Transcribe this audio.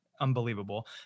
Unbelievable